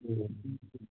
ए